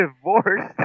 divorced